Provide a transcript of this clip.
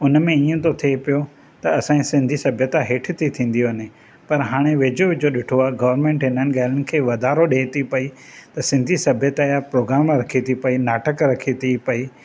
हुन में हीअं थो थिए पियो त असांजी सिंधी सभ्यता हेठ ते थिंदी वञे पर हाणे वेझो वेझो ॾिठो आहे गॉर्मेंट हिननि ॻाल्हियुनि खे वधारो ॾेई थी पई त सिंधी सभ्यता या प्रोग्राम रखे थी पई नाटक रखे थी पई